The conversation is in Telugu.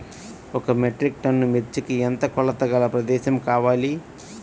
ఒక మెట్రిక్ టన్ను మిర్చికి ఎంత కొలతగల ప్రదేశము కావాలీ?